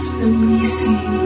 releasing